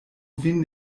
vin